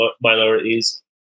minorities